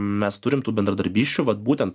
mes turim tų bendradarbysčių vat būtent